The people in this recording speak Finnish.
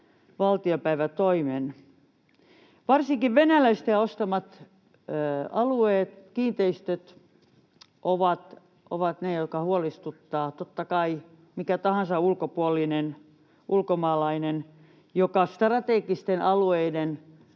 valtiopäivätoimen. Varsinkin venäläisten ostamat alueet, kiinteistöt, ovat niitä, joka huolestuttavat, totta kai. Mikä tahansa ulkopuolinen, ulkomaalainen, joka strategisten alueiden